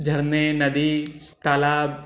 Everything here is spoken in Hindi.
झरने नदी तालाब